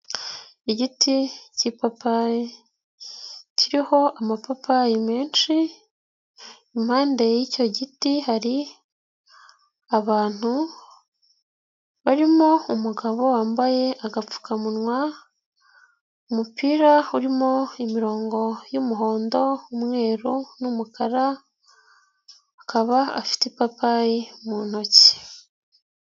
Igiti k'ipapayi kiriho amapapayi menshi, impande y'icyo giti hari abantu barimo umugabo wambaye agapfukamunwa, umupira urimo imirongo y'umuhondo, umweru, n'umukara, akaba afite ipapayi mu ntoki.